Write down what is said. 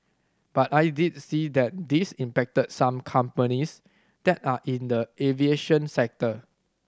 but I did see that this impacted some companies that are in the aviation sector